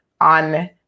on